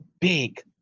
big